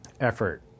effort